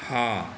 हँ